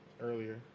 earlier